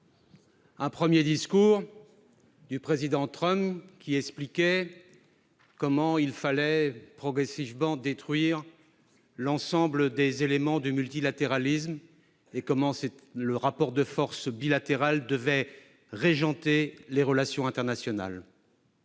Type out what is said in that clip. Le premier était celui du Président Trump, qui a expliqué comment il fallait progressivement détruire l'ensemble des éléments du multilatéralisme et comment le rapport de force bilatérale devait régenter les relations internationales.